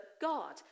God